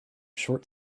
short